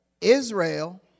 Israel